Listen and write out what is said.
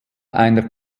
einer